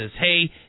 Hey